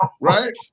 right